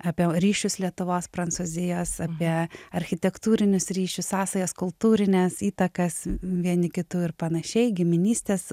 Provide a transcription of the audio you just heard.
apie va ryšius lietuvos prancūzijos apie architektūrinius ryšius sąsajas kultūrines įtakas vieni kitų ir panašiai giminystės